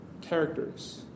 characters